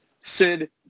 Sid